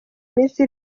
minsi